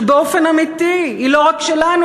שבאופן אמיתי היא לא רק שלנו.